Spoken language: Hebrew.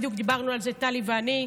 בדיוק דיברנו על זה, טלי ואני,